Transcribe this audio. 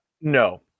No